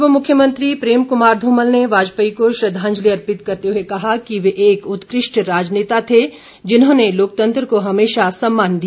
पूर्व मुख्यमंत्री प्रेम कुमार धूमल ने वाजपेयी को श्रद्वांजलि अर्पित करते हुए कहा कि वे एक उत्कृष्ट राजनेता थे जिन्होंने लोकतंत्र को हमेशा सम्मान दिया